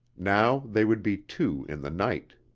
now they would be two in the night.